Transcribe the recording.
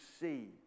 see